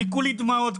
אני כולי דמעות,